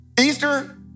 Easter